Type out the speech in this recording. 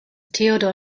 theodor